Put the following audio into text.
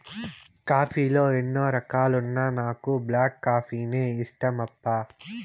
coffee లో ఎన్నో రకాలున్నా నాకు బ్లాక్ కాఫీనే ఇష్టమప్పా